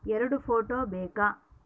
ಎರಡು ಫೋಟೋ ಬೇಕಾ?